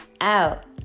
out